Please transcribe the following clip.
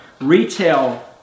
retail